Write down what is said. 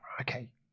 Okay